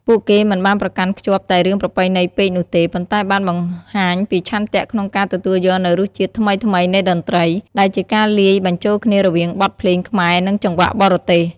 ពួកគេមិនបានប្រកាន់ខ្ជាប់តែរឿងប្រពៃណីពេកនោះទេ ប៉ុន្តែបានបង្ហាញពីឆន្ទៈក្នុងការ ទទួលយកនូវរសជាតិថ្មីៗនៃតន្ត្រី ដែលជាការលាយបញ្ចូលគ្នារវាងបទភ្លេងខ្មែរ និងចង្វាក់បរទេស។